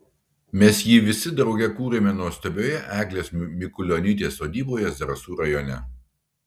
mes jį visi drauge kūrėme nuostabioje eglės mikulionytės sodyboje zarasų rajone